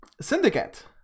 Syndicate